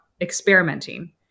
experimenting